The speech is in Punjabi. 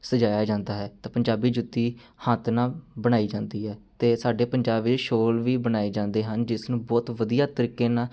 ਸਜਾਇਆ ਜਾਂਦਾ ਹੈ ਤਾਂ ਪੰਜਾਬੀ ਜੁੱਤੀ ਹੱਥ ਨਾਲ ਬਣਾਈ ਜਾਂਦੀ ਹੈ ਅਤੇ ਸਾਡੇ ਪੰਜਾਬ ਵਿੱਚ ਸ਼ਾਲ ਵੀ ਬਣਾਏ ਜਾਂਦੇ ਹਨ ਜਿਸ ਨੂੰ ਬਹੁਤ ਵਧੀਆ ਤਰੀਕੇ ਨਾਲ